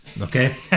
okay